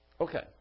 Okay